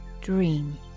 dream